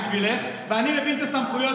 ואני מבין את הסמכויות,